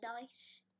nice